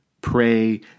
pray